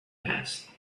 passed